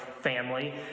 family